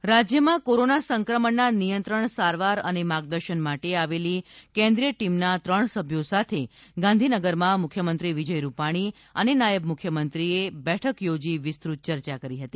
કેન્દ્રિય ટીમ રાજ્યમાં કોરોના સંક્રમણના નિયંત્રણ સારવાર અને માર્ગદર્શન માટે આવેલી કેન્દ્રિય ટીમના ત્રણ સભ્યો સાથે ગાંધીનગરમાં મુખ્યમંત્રી વિજય રૂપાણી અને નાયબ મુખ્યમંત્રીએ બેઠક યોજી વિસ્તૃત ચર્ચા કરી હતી